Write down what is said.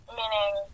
meaning